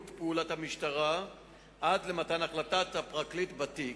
פעולת המשטרה עד מתן החלטת הפרקליט בתיק.